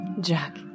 Jack